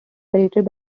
created